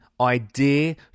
idea